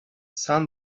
sun